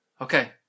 Okay